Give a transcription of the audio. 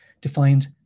defined